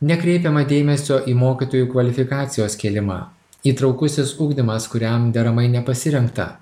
nekreipiama dėmesio į mokytojų kvalifikacijos kėlimą įtraukusis ugdymas kuriam deramai nepasirengta